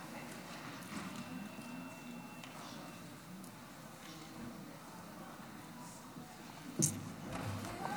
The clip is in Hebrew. אדוני היושב-ראש, חברי כנסת נכבדים, עמית, תאיר,